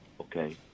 okay